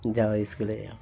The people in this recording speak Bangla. যাও ইস্কুলে যাও